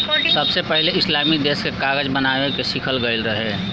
सबसे पहिले इस्लामी देश में कागज बनावे के सिखल गईल रहे